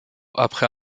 après